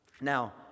Now